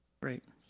great.